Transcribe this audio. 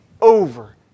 over